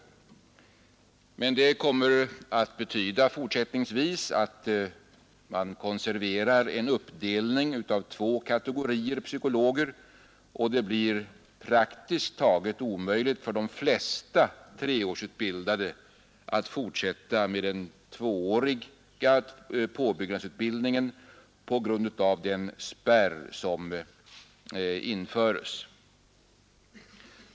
Det kommer fortsättningsvis att betyda att man konserverar en uppdelning i två kategorier psykologer, och det blir praktiskt taget omöjligt för de flesta treårsutbildade att fortsätta med den tvååriga påbyggnadsutbild ningen på grund av den spärr som införs.